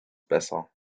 besser